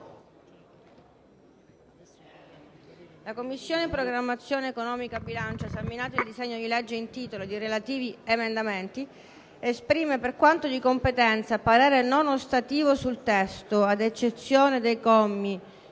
«La Commissione programmazione economica, bilancio, esaminato il disegno di legge in titolo, ed i relativi emendamenti, esprime, per quanto di propria competenza, parere non ostativo sul testo, ad eccezione dei commi